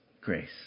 grace